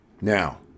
now